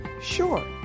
Sure